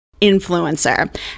influencer